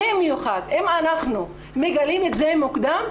במיוחד אם אנחנו מגלים את זה מוקדם,